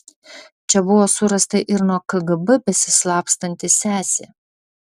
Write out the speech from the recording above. čia buvo surasta ir nuo kgb besislapstanti sesė